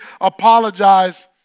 apologize